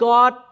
God